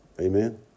Amen